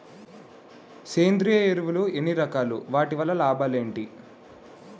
సేంద్రీయ ఎరువులు ఎన్ని రకాలు? వాటి వల్ల లాభాలు ఏంటి?